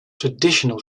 traditional